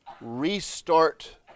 restart